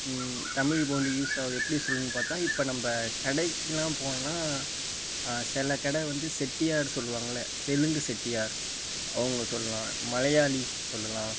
தமிழ் மொழி யூஸ்ஸாகிறத எப்படி சொல்லணும்ன்னு பார்த்தா இப்போ நம்ம கடைக்கலாம் போனோன்னால் சில கடை வந்து செட்டியார் சொல்லுவாங்கள்ல தெலுங்கு செட்டியார் அவங்க சொல்லலாம் மலையாளி சொல்லலாம்